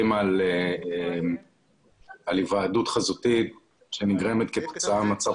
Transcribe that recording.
על היוועדות חזותית שנגרמת כתוצאה ממצב